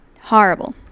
Horrible